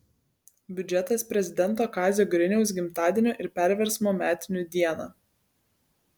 biudžetas prezidento kazio griniaus gimtadienio ir perversmo metinių dieną